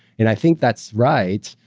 and i think that's right,